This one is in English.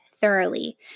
thoroughly